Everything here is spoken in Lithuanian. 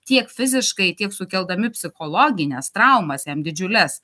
tiek fiziškai tiek sukeldami psichologines traumas jam didžiules